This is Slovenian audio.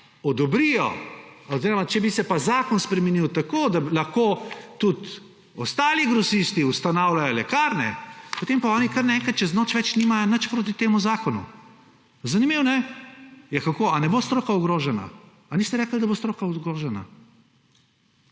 zakonu, če bi se pa zakon spremenil tako, da lahko tudi ostali grosisti ustanavljajo lekarne, potem pa oni kar naenkrat, čez noč nimajo nič več proti temu zakonu. Zanimivo, ali ne? Kako, ali ne bo stroka ogrožena? Ali niste rekli, da bo stroka ogrožena?